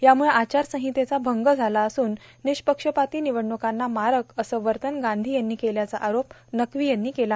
यामुळे आचार संहितेचा भंग झाला असून निःपक्षपाती निवडण्कांना मारक असं वर्तन गांधी यांनी केल्याच्या आरोप नक्वी यांनी केला